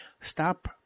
Stop